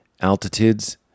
altitudes